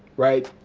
right?